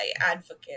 advocate